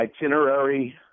itinerary